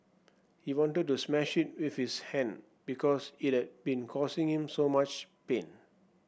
he wanted to smash it with his hand because it had been causing him so much pain